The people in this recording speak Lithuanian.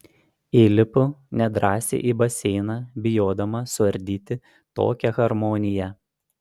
įlipu nedrąsiai į baseiną bijodama suardyti tokią harmoniją